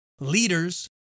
leaders